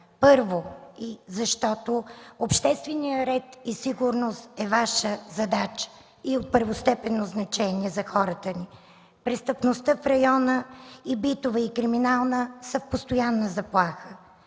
първо, защото общественият ред и сигурност са Ваша задача и от първостепенно значение за хората ни. Престъпността в района – и битова, и криминална, са постоянна заплаха.